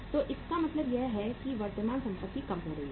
तो इसका मतलब है कि वर्तमान संपत्ति कम हो रही है